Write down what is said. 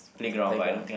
to playground